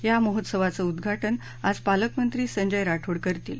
या महोत्सवाचं उद्घाटन आज पालकमंत्री संजय राठोड करतील